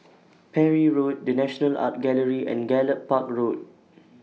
Parry Road The National Art Gallery and Gallop Park Road